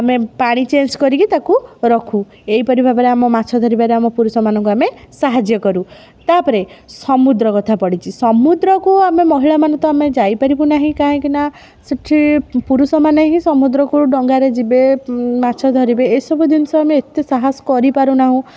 ଆମେ ପାଣି ଚେଞ୍ଜ କରିକି ତା'କୁ ରଖୁ ଏହିପରି ଭାବରେ ଆମ ମାଛ ଧରିବାରେ ଆମ ପୁରୁଷମାନଙ୍କୁ ଅମେ ସାହାଯ୍ୟ କରୁ ତା'ପରେ ସମୁଦ୍ର କଥା ପଡ଼ିଛି ସମୁଦ୍ରକୁ ଆମେ ମହିଳାମାନେ ତ ଆମେ ଯାଇପାରିବୁ ନାହିଁ କାହିଁକି ନା ସେଇଠି ପୁରୁଷମାନେ ହିଁ ସମୁଦ୍ରକୁ ଡଙ୍ଗାରେ ଯିବେ ମାଛ ଧରିବେ ଏହିସବୁ ଜିନିଷ ଆମେ ଏତେ ସାହସ କରିପାରୁ ନାହୁଁ